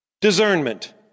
Discernment